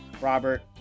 Robert